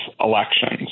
elections